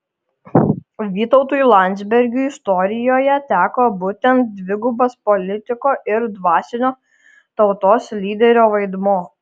vytautui landsbergiui istorijoje teko būtent dvigubas politiko ir dvasinio tautos lyderio vaidmuo